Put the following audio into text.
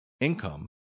income